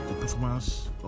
performance